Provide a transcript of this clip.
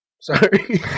Sorry